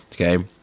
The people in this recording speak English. Okay